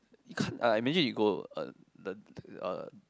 you can't uh imagine you go uh the uh